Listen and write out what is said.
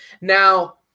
Now